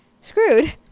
screwed